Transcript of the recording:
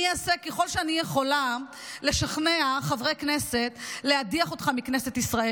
אני אעשה ככל שאני יכולה כדי לשכנע חברי כנסת להדיח אותך מכנסת ישראל.